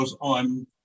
on